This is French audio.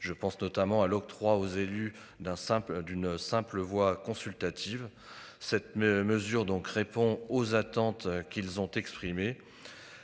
Je pense notamment à l'octroi aux élus d'un simple d'une simple voix consultative cette mesure donc répond aux attentes qu'ils ont exprimé.